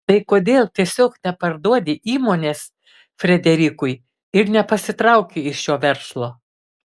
tai kodėl tiesiog neparduodi įmonės frederikui ir nepasitrauki iš šio verslo